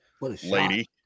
lady